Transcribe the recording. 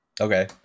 okay